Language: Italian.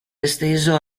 esteso